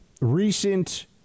recent